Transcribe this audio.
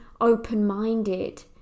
open-minded